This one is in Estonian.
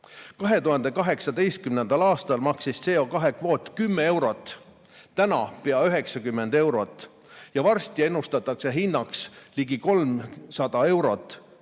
2018. aastal maksis CO2kvoot 10 eurot, täna pea 90 eurot ja varsti ennustatakse hinnaks ligi 300 eurot.